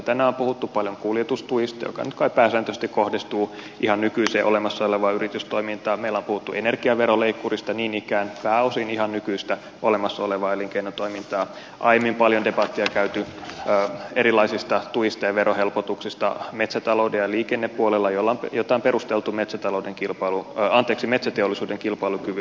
tänään on puhuttu paljon kuljetustuista mikä nyt kai pääsääntöisesti kohdistuu ihan nykyiseen olemassa olevaan yritystoimintaan meillä on puhuttu energiaveroleikkurista niin ikään pääosin ihan nykyistä olemassa olevaa elinkeinotoimintaa aiemmin paljon debattia on käyty metsätalouden ja liikenteen puolella erilaisista tuista ja verohelpotuksista joita on perusteltu metsäteollisuuden kilpailukyvyn turvaamisella